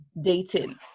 dating